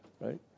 right